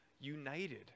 united